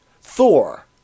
Thor